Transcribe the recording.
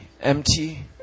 empty